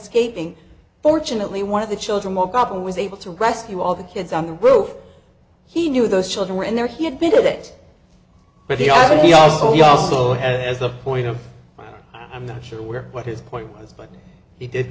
escaping fortunately one of the children woke up and was able to rescue all the kids on the roof he knew those children were in there he admitted it but they are but he also he also has a point of i'm not sure where what his point was but he did